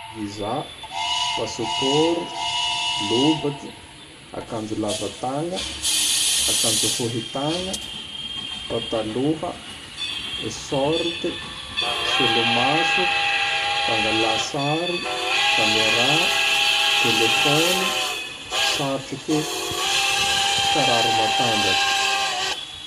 Vizà, Pasipôro, Lobaky, Akanjo lavatagna, Akanjo fohy tagna, Pataloha, Shorte, Solomaso, Fangalà sary, Kaméra, Telefôny, Satroke, Kiraro matanjaky.